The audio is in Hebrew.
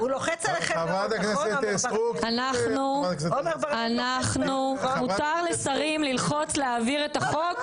הוא לוחץ עליכם --- עמר בר לב --- מותר לשרים ללחוץ להעביר את החוק,